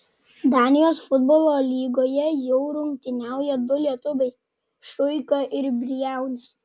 danijos futbolo lygoje jau rungtyniauja du lietuviai šuika ir briaunys